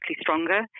stronger